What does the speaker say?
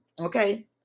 okay